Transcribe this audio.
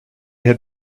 had